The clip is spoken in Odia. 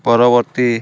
ପରବର୍ତ୍ତୀ